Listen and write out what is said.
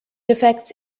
affects